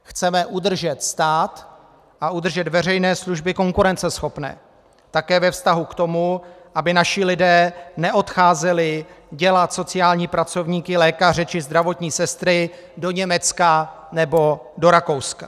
Chceme udržet stát a udržet veřejné služby konkurenceschopné také ve vztahu k tomu, aby naši lidé neodcházeli dělat sociální pracovníky, lékaře či zdravotní sestry do Německa nebo do Rakouska.